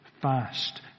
fast